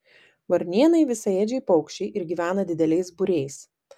varnėnai visaėdžiai paukščiai ir gyvena dideliais būriais